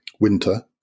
winter